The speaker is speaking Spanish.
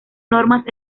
normas